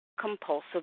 compulsive